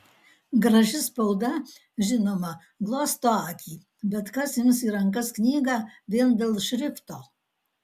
graži spauda žinoma glosto akį bet kas ims į rankas knygą vien dėl šrifto